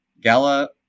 Gala